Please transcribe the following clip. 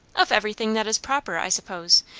of everything that is proper, i suppose.